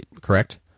Correct